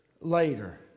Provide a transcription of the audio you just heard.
later